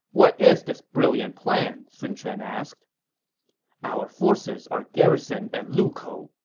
what is this brilliant plan, sun quan asked our forces are garrisoned at lukou,